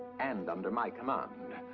and under my command.